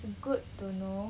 it's good to know